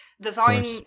Design